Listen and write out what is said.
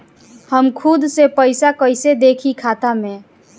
हम खुद से पइसा कईसे देखी खाता में?